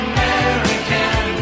American